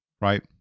right